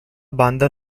banda